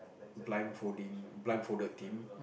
blind folding blind folded team